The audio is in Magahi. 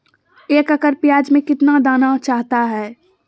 एक एकड़ प्याज में कितना दाना चाहता है?